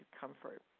comfort